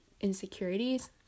insecurities